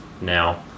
now